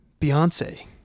Beyonce